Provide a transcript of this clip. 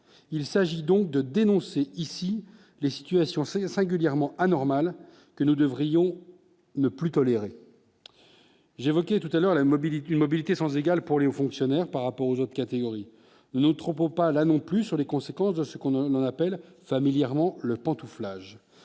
il s'agit donc de dénoncer ici les situations s'est singulièrement anormal que nous devrions ne plus tolérer j'ai évoqué tout à l'heure à la Mobilité, Mobilité sans égal pour les fonctionnaires par rapport aux autres catégories non troppo pas là non plus sur les conséquences de ce qu'on a on appelle familièrement le pantouflage,